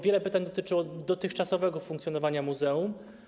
Wiele pytań dotyczyło dotychczasowego funkcjonowania muzeum.